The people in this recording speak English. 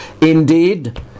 Indeed